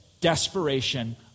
desperation